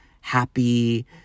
happy